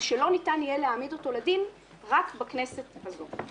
זה שלא ניתן יהיה להעמיד אותו לדין רק בכנסת הזאת.